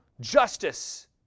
justice